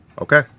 Okay